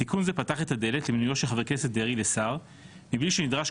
תיקון זה פתח את הדלת למינויו של חבר הכנסת דרעי לשר מבלי שנדרש,